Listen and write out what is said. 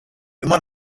immer